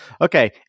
Okay